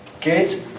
good